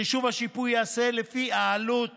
חישוב השיפוי ייעשה לפי העלות